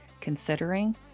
considering